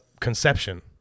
conception